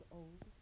old